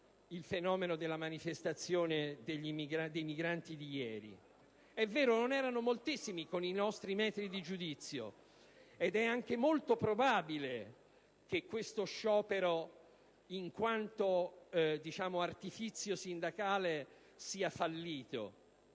il fenomeno della manifestazione di ieri dei migranti. È vero, non erano moltissimi con i nostri metri di giudizio, ed è anche molto probabile che questo sciopero, in quanto artifizio sindacale, sia fallito,